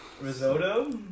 Risotto